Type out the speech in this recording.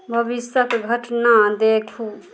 भविष्यक घटना देखू